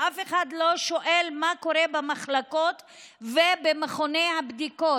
ואף אחד לא שואל מה קורה במחלקות ובמכוני הבדיקות,